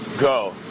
Go